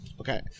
okay